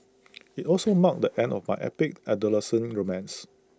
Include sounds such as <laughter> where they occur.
<noise> IT also marked the end of my epic adolescent romance